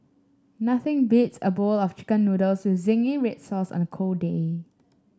nothing beats a bowl of chicken noodles with zingy red sauce on a cold day